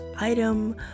item